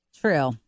true